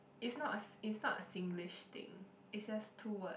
is not a is not a Singlish thing it's just two word